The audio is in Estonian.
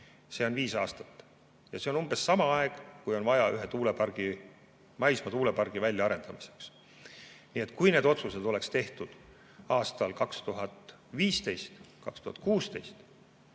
kulub viis aastat ja see on umbes sama aeg, mida on vaja ühe maismaa tuulepargi väljaarendamiseks. Kui need otsused oleksid tehtud aastal 2015 või 2016,